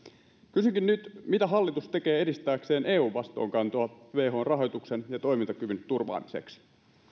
kysynkin nyt mitä hallitus tekee edistääkseen eun vastuunkantoa whon rahoituksen ja toimintakyvyn turvaamiseksi